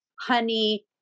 honey